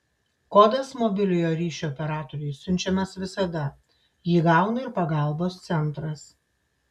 kodas mobiliojo ryšio operatoriui siunčiamas visada jį gauna ir pagalbos centras